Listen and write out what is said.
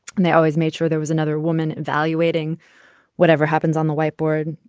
and they always made sure there was another woman evaluating whatever happens on the whiteboard.